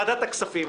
ועדת הכספים,